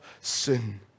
sin